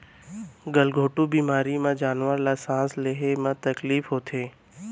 गल घोंटू बेमारी म जानवर ल सांस लेहे म तकलीफ होथे